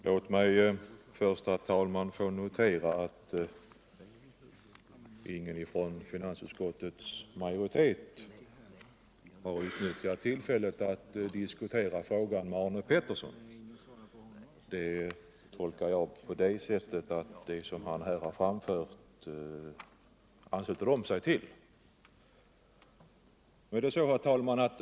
Herr talman! Låt mig först notera att ingen ifrån finansutskottets majoritet har utnyttjat tillfället att diskutera med Arne Pettersson. Det tolkar jag på det sättet att de ansluter sig till vad han här framfört.